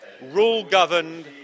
rule-governed